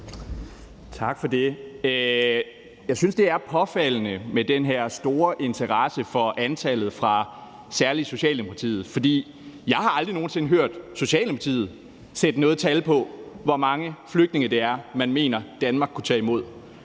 Tak for det. Jeg synes, det er påfaldende med den her store interesse for antallet fra særlig Socialdemokratiets side. For jeg har aldrig nogen sinde hørt Socialdemokratiet sætte noget tal på, hvor mange flygtninge det er man mener Danmark kunne tage imod,